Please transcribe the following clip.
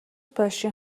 польшийн